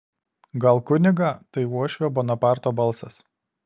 gal kunigą tai uošvio bonaparto balsas